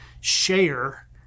share